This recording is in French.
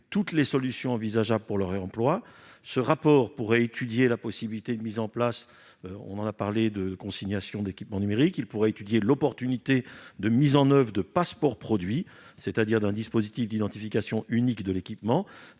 toutes les solutions envisageables pour leur réemploi. Ce rapport pourrait étudier la possibilité d'une mise en place de consignations d'équipements numériques. Il pourrait également considérer l'opportunité de passeports-produits, c'est-à-dire d'un dispositif d'identification unique de l'équipement